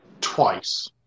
twice